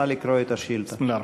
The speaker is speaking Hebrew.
נא לקרוא את השאילתה.